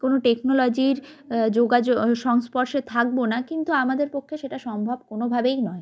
কোনো টেকনোলজির যোগাযোগ সংস্পর্শে থাকবো না কিন্তু আমাদের পক্ষে সেটা সম্ভব কোনভাবেই নয়